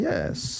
Yes